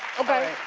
okay,